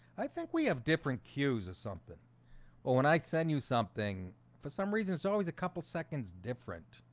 i think we have different cues or something well when i send you something for some reason it's always a couple seconds different.